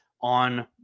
on